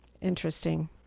Interesting